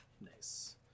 Nice